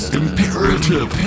imperative